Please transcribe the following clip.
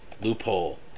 loophole